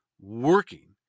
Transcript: working